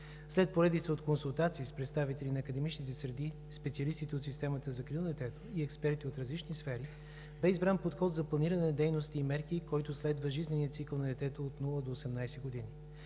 След поредица от консултации с представители на академичните среди, специалисти от системата за закрила на детето и експерти от различните сфери, бе избран подход за планиране на дейности и мерки, който следва жизнения цикъл на детето от 0 до 18 години.